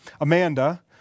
Amanda